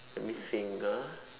let me think ah